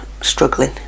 struggling